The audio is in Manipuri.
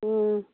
ꯎꯝ